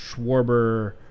Schwarber